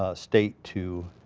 ah state to